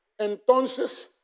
entonces